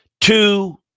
Two